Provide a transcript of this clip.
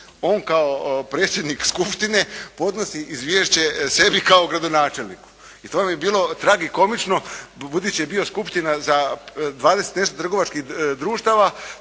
On kao predsjednik skupštine podnosi izvješće sebi kao gradonačelniku. I to vam je bilo tragikomično budući je bila skupština za dvadeset i nešto trgovačkih društava,